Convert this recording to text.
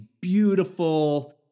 beautiful